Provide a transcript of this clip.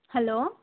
hello